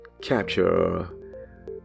capture